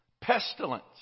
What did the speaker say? Pestilence